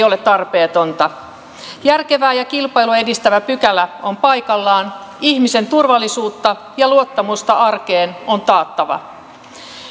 ole tarpeetonta järkevä ja kilpailua edistävä pykälä on paikallaan ihmisen turvallisuutta ja luottamusta arkeen on taattava